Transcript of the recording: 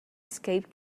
escape